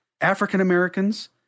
African-Americans